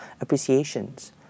appreciations